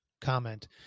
comment